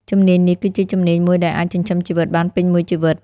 ជំនាញនេះគឺជាជំនាញមួយដែលអាចចិញ្ចឹមជីវិតបានពេញមួយជីវិត។